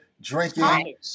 drinking